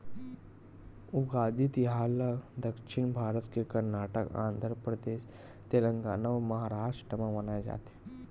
उगादी तिहार ल दक्छिन भारत के करनाटक, आंध्रपरदेस, तेलगाना अउ महारास्ट म मनाए जाथे